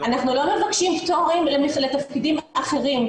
אנחנו לא מבקשים פטורים לתפקידים אחרים,